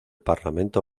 parlamento